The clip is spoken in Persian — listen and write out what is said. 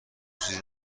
چیزی